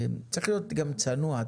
צריך להיות גם צנוע,